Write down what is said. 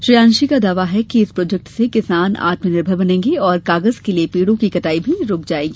श्रेयांशी का दावा है कि इस प्रोजेक्ट से किसान आत्मनिर्भर बनेंगे और कागज के लिए पेड़ों की कटाई भी रूक जायेगी